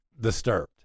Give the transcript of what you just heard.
Disturbed